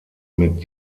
mit